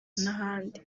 n’ahandi